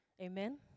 Amen